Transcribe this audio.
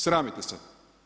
Sramite se.